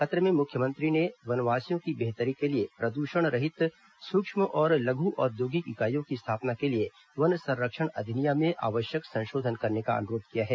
पत्र में मुख्यमंत्री ने वनवासियों की बेहतरी के लिए प्रदूषण रहित सूक्ष्म और लघु औद्योगिक इकाईयों की स्थापना के लिए वन संरक्षण अधिनियम में आवश्यक संशोधन करने का अनुरोध किया है